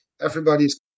everybody's